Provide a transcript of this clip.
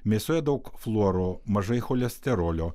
mėsoje daug fluoro mažai cholesterolio